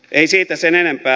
ei siitä sen enempää